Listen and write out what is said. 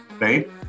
right